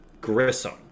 Grissom